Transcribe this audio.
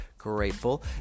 grateful